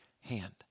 hand